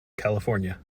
california